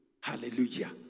Hallelujah